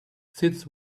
sits